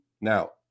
now